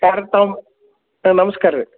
ಯಾರು ತಾವು ನಮಸ್ಕಾರ ರಿ